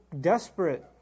desperate